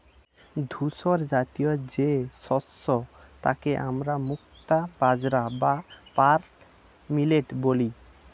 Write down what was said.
ধূসরজাতীয় যে শস্য তাকে আমরা মুক্তা বাজরা বা পার্ল মিলেট বলি